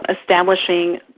establishing